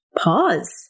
pause